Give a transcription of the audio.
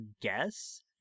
guess